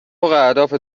اهداف